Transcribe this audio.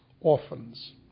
orphans